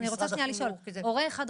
החינוך -- אני רוצה לשאול: "הורה 1",